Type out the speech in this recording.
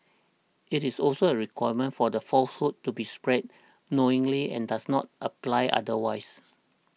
it is also a requirement for the falsehood to be spread knowingly and does not apply otherwise